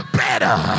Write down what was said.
better